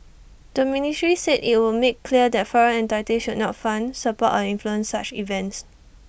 the ministry said IT would make clear that foreign entities should not fund support or influence such events